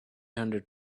hundred